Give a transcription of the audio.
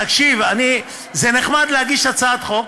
תקשיב, זה נחמד להגיש הצעת חוק.